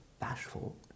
bashful